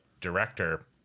director